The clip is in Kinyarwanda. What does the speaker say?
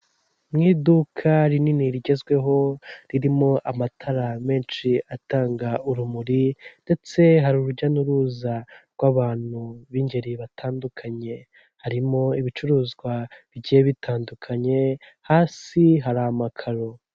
Mu iduka rinini rigezweho, ririmo amatara menshi atanga urumuri ndetse hari urujya n'uruza rw'abantu b'ingeri batandukanye, harimo ibicuruzwa bigiye bitandukanye, hasi hari amakaro.